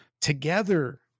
together